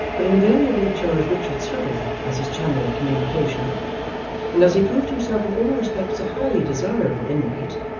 but invariably chose richard swiveller as his channel of communication and as he proved himself in all respects a highly desirable inmate,